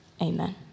amen